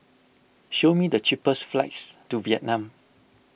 show me the cheapest flights to Vietnam